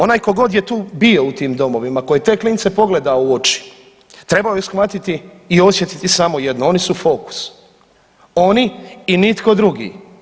Onaj ko god je bio u tim domovima, ko je te klince pogledao u oči trebao je shvatiti i osjetiti samo jedno, oni su fokus, on i nitko drugi.